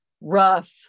rough